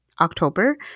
October